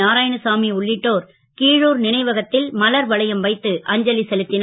நாராயணசாமி உள்ளிட்டோர் கிழுர் னைவகத் ல் மலர் வளையம் வைத்து அஞ்சலி செலுத் னர்